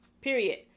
Period